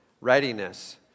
Readiness